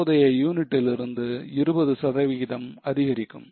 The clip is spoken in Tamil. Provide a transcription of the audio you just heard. தற்போதையை யூனிட்டிலிருந்து 20 சதவிகிதம் அதிகரிக்கும்